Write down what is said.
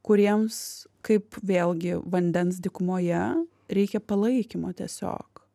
kuriems kaip vėlgi vandens dykumoje reikia palaikymo tiesiog